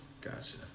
gotcha